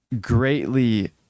greatly